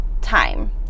time